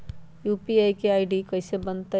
UPI के ID कैसे बनतई?